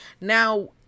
Now